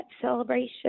celebration